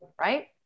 right